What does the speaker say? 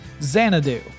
Xanadu